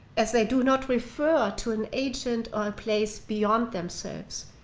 as they do not refer to an ancient or a place beyond themselves.